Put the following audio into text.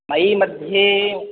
मै मध्ये